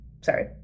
Sorry